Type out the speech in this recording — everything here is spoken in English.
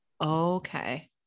okay